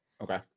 Okay